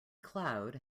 cloud